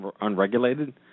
unregulated